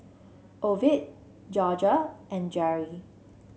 Ovid Jorja and Geri